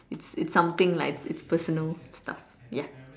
it's it's something lah it's personal stuff ya